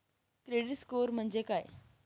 Credit score म्हणजे काय?